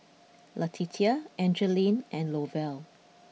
Letitia Angeline and Lovell